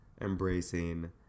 embracing